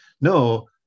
No